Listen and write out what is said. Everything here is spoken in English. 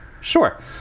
Sure